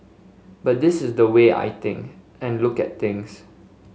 but this is the way I think and look at things